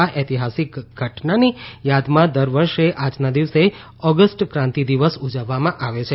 આ ઐતિહાસીક ઘટનાની યાદમાં દર વર્ષે આજના દિવસે ઓગષ્ટ ક્રાંતી દિવસ ઉજવવામાં આવે છે